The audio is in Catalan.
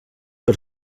per